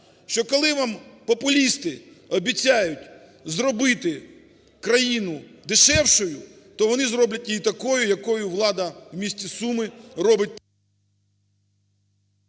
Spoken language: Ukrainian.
що коли вам популісти обіцяють зробити країну дешевшою, то вони зроблять її такою, якою влада в місті Суми робить…